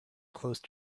close